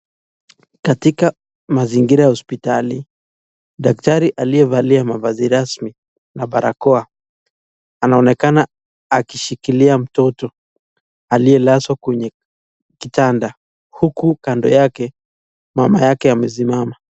Katika mazingira ya hospitali daktari aliyevalia barakoa anaonekana akishikilia mtoto huku kando yake mama yake amesimama.